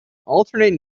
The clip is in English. alternate